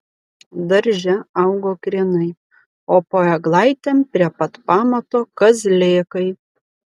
darže augo krienai o po eglaitėm prie pat pamato kazlėkai